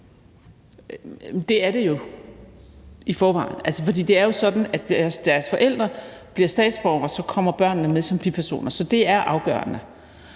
det er jo sådan, at hvis deres forældre bliver statsborgere, kommer børnene med som bipersoner, så det er afgørende.